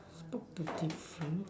spot the difference